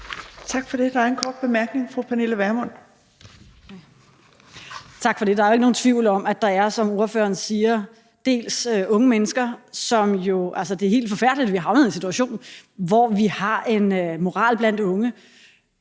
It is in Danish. Tak for det. Der er en kort bemærkning fra fru Pernille Vermund. Kl. 17:58 Pernille Vermund (NB): Tak for det. Der er jo ikke nogen tvivl om, at der, som ordføreren siger, er unge mennesker i det her. Det er helt forfærdeligt, at vi er havnet i en situation, hvor vi har en moral blandt unge,